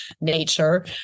nature